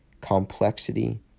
complexity